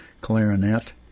clarinet